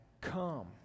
come